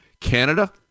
Canada